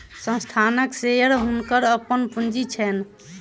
संस्थानक शेयर हुनकर अपन पूंजी छैन